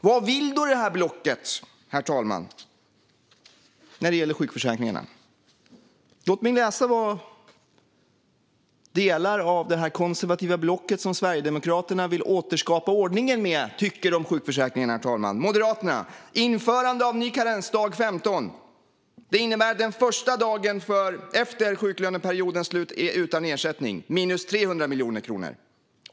Vad vill då det här blocket, herr talman, när det gäller sjukförsäkringarna? Låt mig läsa vad delar av det konservativa block som Sverigedemokraterna vill återskapa ordningen med tycker om sjukförsäkringen. Moderaterna skriver om införande av ny karensdag dag 15. Det innebär att den första dagen efter sjuklöneperiodens slut är utan ersättning. Det innebär minus 300 miljoner kronor.